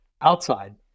outside